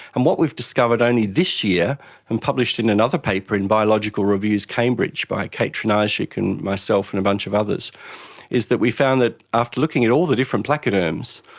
and what we've discovered only this year and published in another paper in biological reviews cambridge by kate trinajstic and myself and a bunch of others is that we found that after looking at all the different placoderms,